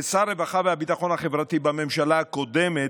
כשר הרווחה והביטחון החברתי בממשלה הקודמת,